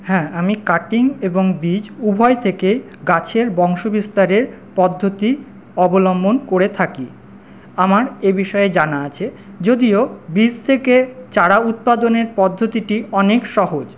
হ্যাঁ আমি কাটিং এবং বীজ উভয় থেকেই গাছের বংশ বিস্তারের পদ্ধতি অবলম্বন করে থাকি আমার এ বিষয়ে জানা আছে যদিও বীজ থেকে চারা উৎপাদনের পদ্ধতিটি অনেক সহজ